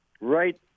Right